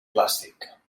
plàstic